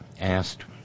asked